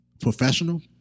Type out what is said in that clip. professional